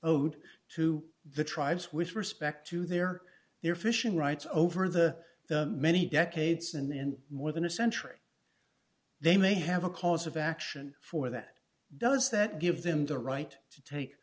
owed to the tribes with respect to their their fishing rights over the the many decades and more than a century they may have a cause of action for that does that give them the right to take